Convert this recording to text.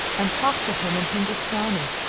and talked to him in hindustani,